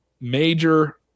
major